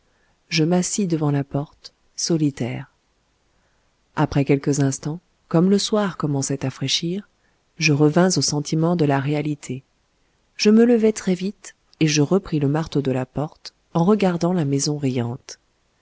je m'assis devant la porte solitaire après quelques instants comme le soir commençait à fraîchir je revins au sentiment de la réalité je me levai très vite et je repris le marteau de la porte en regardant la maison